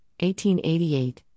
1888